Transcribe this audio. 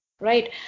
right